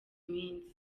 minsi